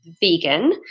vegan